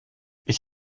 ich